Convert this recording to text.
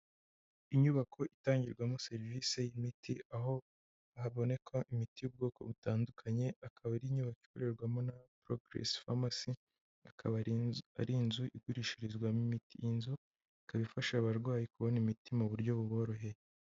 Inyubako itangirwamo serivisi y'imiti, aho haboneka imiti y'ubwoko butandukanye, akaba ari inyubako ikorerwamo na progress pharmacy, akaba ari inzu igurishirizwamo imiti, iyi nzu ikaba ifasha abarwayi kubona imiti mu buryo buboroheye.